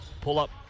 Pull-up